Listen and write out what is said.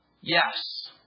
Yes